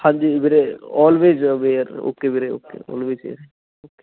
ਹਾਂਜੀ ਵੀਰੇ always aware okay ਵੀਰੇ ਓਕੇ ਓਲਵੇਜ਼ ਹੇਅਰ